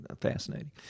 fascinating